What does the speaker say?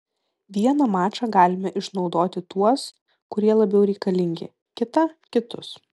vieną mačą galime išnaudoti tuos kurie labiau reikalingi kitą kitus